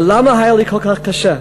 ולמה היה לי כל כך קשה?